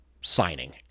signing